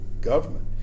government